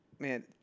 Man